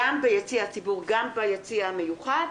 גם ביציע הציבור וגם ביציע המיוחד.